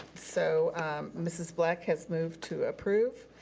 so ms. black has moved to approve,